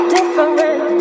Different